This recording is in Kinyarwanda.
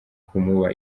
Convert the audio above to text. kumuba